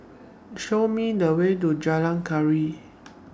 Show Me The Way to Jalan Gaharu